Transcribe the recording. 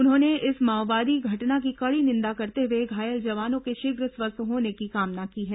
उन्होंने इस माओवादी घटना की कड़ी निंदा करते हुए घायल जवानों के शीघ्र स्वस्थ होने की कामना की है